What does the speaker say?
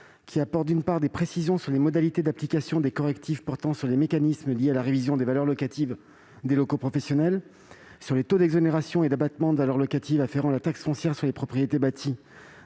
qui apporte, d'une part, des précisions sur les modalités d'application des correctifs portant sur les mécanismes liés à la révision des valeurs locatives des locaux professionnels, ainsi que sur les taux d'exonération et d'abattement de valeurs locatives afférant à la taxe foncière sur les propriétés bâties,